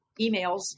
emails